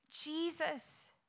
Jesus